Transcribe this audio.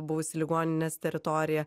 buvusi ligoninės teritorija